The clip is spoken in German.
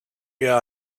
ihr